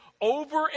over